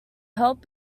help